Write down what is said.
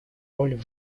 роль